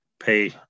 pay